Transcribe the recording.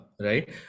right